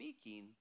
speaking